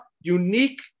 unique